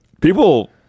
People